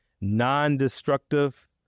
non-destructive